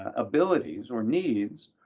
abilities or needs,